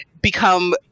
become